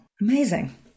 Amazing